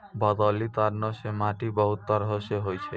भौगोलिक कारणो से माट्टी बहुते तरहो के होय छै